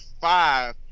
five